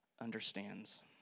understands